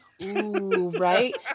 Right